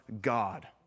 God